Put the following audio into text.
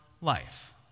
life